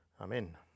Amen